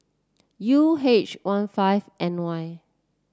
U H one five N Y